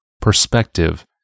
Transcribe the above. perspective